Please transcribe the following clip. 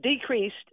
decreased